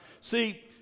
See